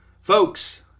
folks